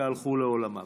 שהלכו לעולמם.